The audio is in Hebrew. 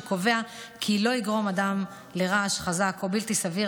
שקובע כי "לא יגרום אדם לרעש חזק או בלתי סביר,